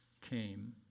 came